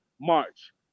March